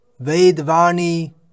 Vedvani